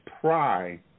pride